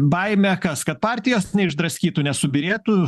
baimė kas kad partijos neišdraskytų nesubyrėtų